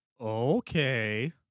okay